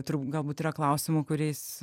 turbūt galbūt yra klausimų kuriais